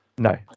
No